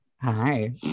hi